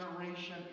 generation